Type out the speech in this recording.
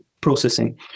processing